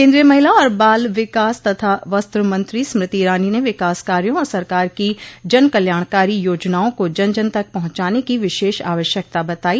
केन्द्रीय महिला और बाल विकास तथा वस्त्र मंत्री स्मृति ईरानी ने विकास कार्यो और सरकार की जन कल्याणकारी योजनाओं को जन जन तक पहुंचाने की विशेष आवश्यकता बतायी